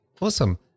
Awesome